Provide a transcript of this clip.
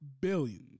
billions